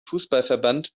fußballverband